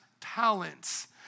talents